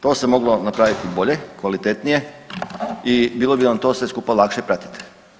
To se moglo napraviti bolje, kvalitetnije i bilo bi nam to sve skupa lakše pratiti.